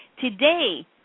Today